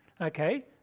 Okay